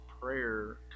prayer